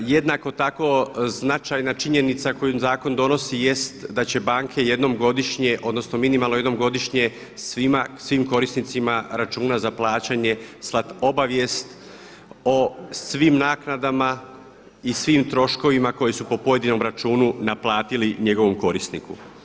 Jednako tako značajna činjenica koju zakon donosi jest da će banke jednom godišnje odnosno minimalno jednom godišnje svim korisnicima računa za plaćanje slati obavijest o svim naknadama i svim troškovima koji su po pojedinom računu naplatili njegovom korisniku.